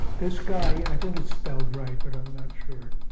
this guy i think is spelled right, but i'm not sure